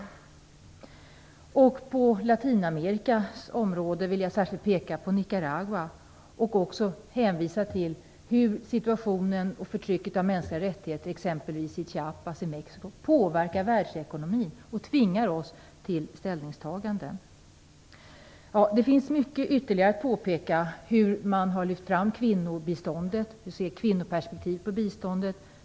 I fråga om Latinamerika vill jag särskilt peka på Nicaragua och hänvisa till hur förtrycket av mänskliga rättigheter i t.ex. Chiapas i Mexico påverkar världsekonomin och tvingar oss till ställningstaganden. Det finns mycket ytterligare att påpeka. Man har lyft fram kvinnobiståndet och anlagt ett kvinnoperspektiv på biståndet.